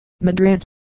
Madrid